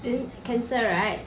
then cancel right